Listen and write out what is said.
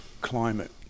climate